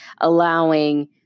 allowing